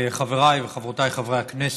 חבריי וחברותיי חברי הכנסת,